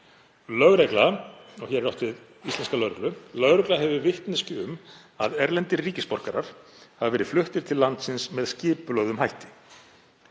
Lögregla“ — og hér er átt við íslenska lögreglu — „hefur vitneskju um að erlendir ríkisborgarar hafi verið fluttir til landsins með skipulögðum hætti.